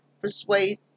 persuade